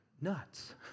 nuts